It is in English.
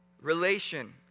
relation